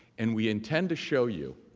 and we intend to show you